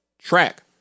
track